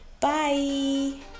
bye